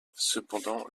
cependant